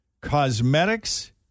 cosmetics